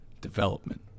Development